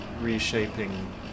reshaping